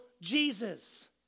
Jesus